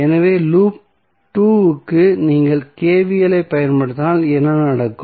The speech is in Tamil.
எனவே லூப் 2 க்கு நீங்கள் KVL ஐ பயன்படுத்தினால் என்ன நடக்கும்